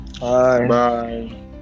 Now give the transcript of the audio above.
Bye